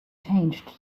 changed